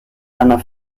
einer